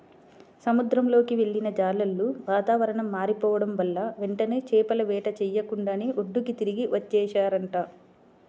సముద్రంలోకి వెళ్ళిన జాలర్లు వాతావరణం మారిపోడం వల్ల వెంటనే చేపల వేట చెయ్యకుండానే ఒడ్డుకి తిరిగి వచ్చేశారంట